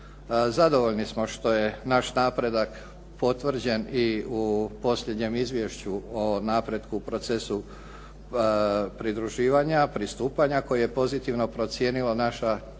Zadovoljni smo što je naš napredak potvrđen i u posljednjem izvješću o napretku, procesu pridruživanja, pristupanja koji je pozitivno procijenilo naša postignuća